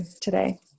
today